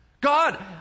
God